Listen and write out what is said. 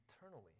eternally